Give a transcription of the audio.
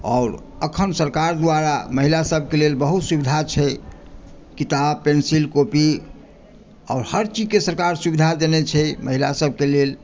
आओर अखन सरकार द्वारा महिला सभकेँ लेल बहुत सुविधा छै किताब पेन्सिल कॉपी आओर हर चीजकेँ सरकार सुविधा देने छै महिला सभकेँ लेल